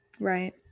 Right